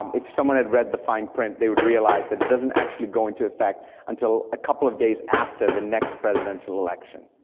um if someone had read the fine print, they'd realize that it doesn't actually go into effect until a couple of days after the next presidential election,